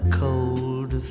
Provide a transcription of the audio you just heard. cold